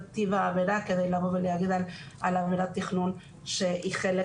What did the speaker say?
טיב העבירה כדי לבוא ולומר על עבירת תכנון שהיא חלק